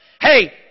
Hey